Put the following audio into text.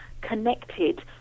connected